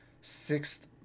sixth